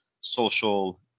social